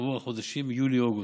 עבור החודשים יולי-אוגוסט.